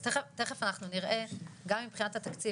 אז תיכף אנחנו נראה גם אם מבחינת התקציב,